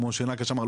כמו שנקש אמר,